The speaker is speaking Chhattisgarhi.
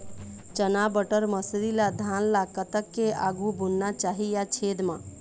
चना बटर मसरी ला धान ला कतक के आघु बुनना चाही या छेद मां?